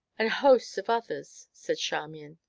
and hosts of others, said charmian,